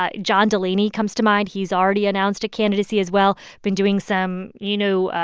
ah john delaney comes to mind. he's already announced a candidacy, as well been doing some, you know,